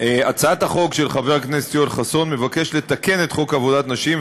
הצעת החוק של חבר הכנסת יואל חסון מבקשת לתקן את חוק עבודת נשים,